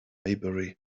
because